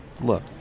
Look